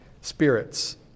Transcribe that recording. spirits